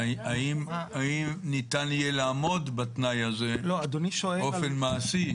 האם ניתן יהיה לעמוד בתנאי הזה באופן מעשי?